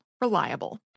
Reliable